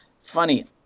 funny